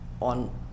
on